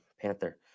Panther